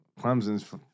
Clemson's